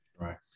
Right